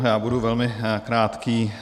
Já budu velmi krátký.